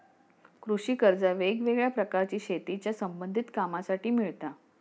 कृषि कर्जा वेगवेगळ्या प्रकारची शेतीच्या संबधित कामांसाठी मिळता